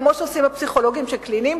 כפי שעושים פסיכולוגים קליניים,